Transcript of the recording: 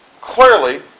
clearly